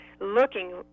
looking